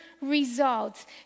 results